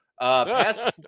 Past